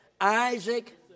Isaac